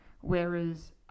whereas